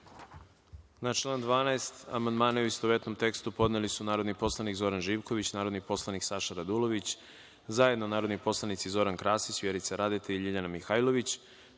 član 13. amandmane, u istovetnom tekstu, podneli su narodni poslanik Zoran Živković, narodni poslanik Saša Radulović, zajedno narodni poslanici Zoran Krasić, Vjerica Radeta i Vesna Nikolić